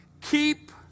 Keep